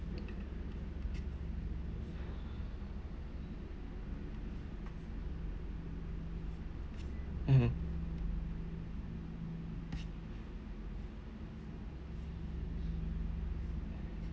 mmhmm